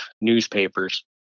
newspapers